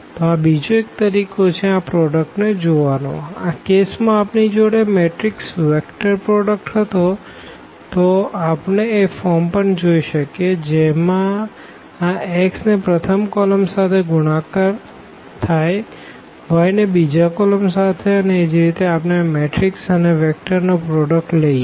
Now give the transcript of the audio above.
તો આ બીજો એક તરીકો છે આ પ્રોડકટ ને જોવાનો આ કેસ માં આપણી જોડે મેટ્રીક્સ વેક્ટર પ્રોડકટ હતો તો આપણે એ ફોર્મ પણ જોઈ શકીએ જેમાં આ x ને પ્રથમ કોલમ સાથે ગુણાકાર થાય y ને બીજા કોલમ સાથે અને એજ રીતે આપણે મેટ્રીક્સ અને વેક્ટર નો પ્રોડકટ લઈએ